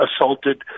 assaulted